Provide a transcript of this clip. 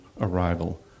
arrival